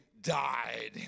died